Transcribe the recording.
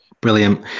Brilliant